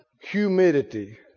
Humidity